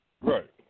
Right